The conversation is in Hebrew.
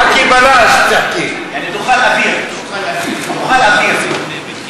תשקול את המילים שלך שוב.